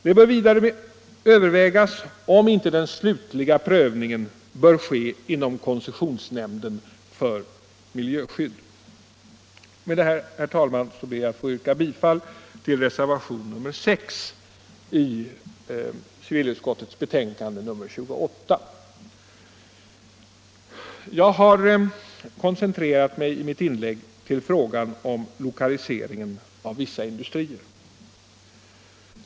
Det bör vidare övervägas om inte den slutliga prövningen bör ske inom koncessionsnämnden för miljöskydd. Med detta, herr talman, ber jag att få yrka bifall till reservationen 6 vid civilutskottets betänkande nr 28. Jag har i mitt inlägg koncentrerat mig till frågan om lokaliseringen åv vissa industrier.